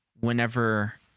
whenever